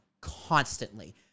constantly